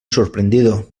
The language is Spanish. sorprendido